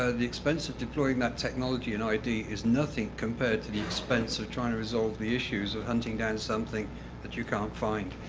ah the expense of deploying that technology and id is nothing compared to the expense of trying to resolve the issues of hunting down something that you can't find.